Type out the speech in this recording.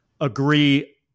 agree